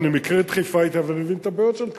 ואני מכיר את חיפה היטב ואני מבין את הבעיות של חיפה.